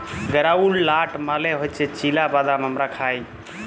গেরাউলড লাট মালে হছে চিলা বাদাম আমরা খায়